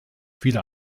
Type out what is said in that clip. viele